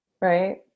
Right